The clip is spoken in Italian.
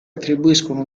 attribuiscono